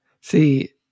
See